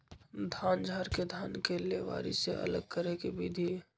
धान झाड़ के धान के लेबारी से अलग करे के विधि